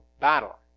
battle